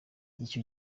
icyo